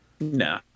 No